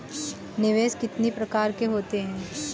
निवेश कितनी प्रकार के होते हैं?